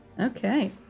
okay